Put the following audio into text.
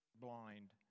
blind